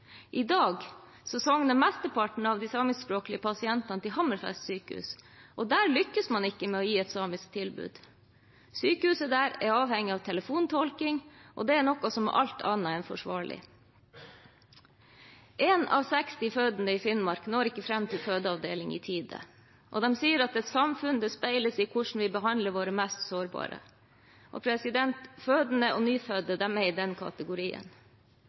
I dag sogner mesteparten av de samiskspråklige pasientene til Hammerfest sykehus, og der lykkes man ikke med å gi et samisk tilbud. Sykehuset der er avhengig av telefontolking, og det er noe som er alt annet enn forsvarlig. Én av 60 fødende i Finnmark når ikke fram til fødeavdeling i tide. Det sies at et samfunn speiles i hvordan vi behandler våre mest sårbare, og fødende og nyfødte er i den kategorien.